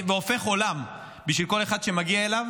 והופך עולם בשביל כל אחד שמגיע אליו,